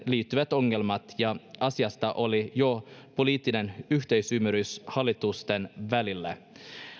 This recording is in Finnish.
liittyvät ongelmat ja asiasta oli jo poliittinen yhteisymmärrys hallitusten välillä